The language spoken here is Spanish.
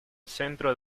centro